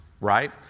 Right